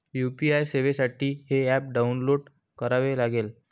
UPI सेवेसाठी हे app download करावे लागेल